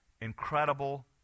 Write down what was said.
incredible